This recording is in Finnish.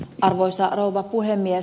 arvoisa rouva puhemies